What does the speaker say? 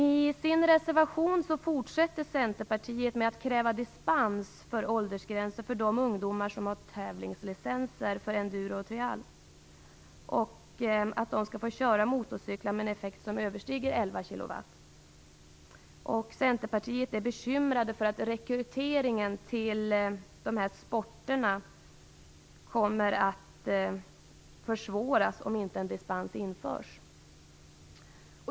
I sin reservation fortsätter Centerpartiet med att kräva dispens för åldersgränsen för de ungdomar som har tävlingslicenser för enduro och trialtävlingar så att de får köra motorcyklar med en effekt som överstiger 11 kW. I Centerpartiet är man bekymrad för att rekryteringen till dessa sporter kommer att försvåras om inte dispens införs.